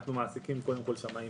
אנחנו מעסיקים שמאים.